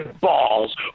balls